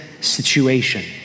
situation